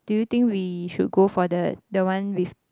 do you think we should go for the the one with